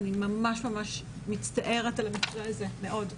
אני ממש מצטערת על המקרה הזה מאוד.